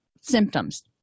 symptoms